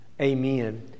amen